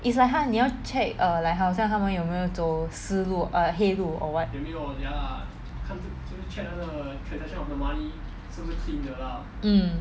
is like !huh! 你要 check err like 好像他们有没有走私路 err 黑路 or what